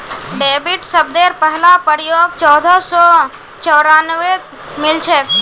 debit शब्देर पहला प्रयोग चोदह सौ चौरानवेत मिलछेक